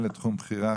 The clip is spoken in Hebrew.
מנהלת תחום בכירה,